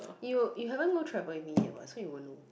you you haven't go travel with me yet what so you won't know